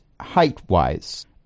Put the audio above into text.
height-wise